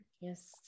yes